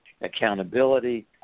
accountability